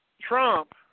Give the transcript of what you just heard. Trump